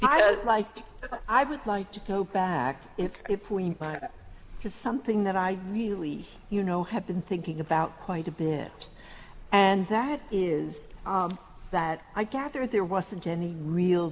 don't like i would like to go back if we could something that i really you know have been thinking about quite a bit and that is that i gather there wasn't any real